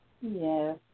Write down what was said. Yes